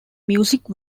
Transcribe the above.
music